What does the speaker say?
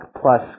plus